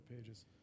pages